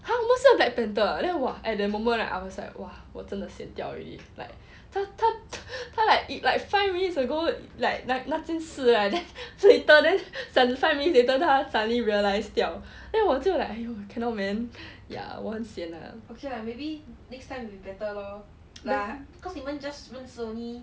!huh! 我们是 black panther ah then !wah! I at that moment right I was like !wah! 我真的 sian 掉 already like 他他 like five minutes ago like 那件事 right then later seventy five minutes later suddenly realise then 我就 like cannot man